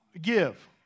give